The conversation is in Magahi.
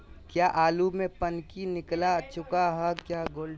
क्या आलु में पनकी निकला चुका हा क्या कोल्ड स्टोरेज में रख सकते हैं?